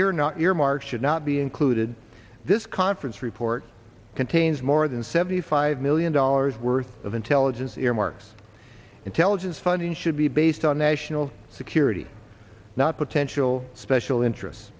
not earmarks should not be included this conference report contains more than seventy five million dollars worth of intelligence earmarks intelligence funding should be based on national security not potential special interests